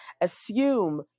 assume